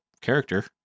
character